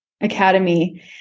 Academy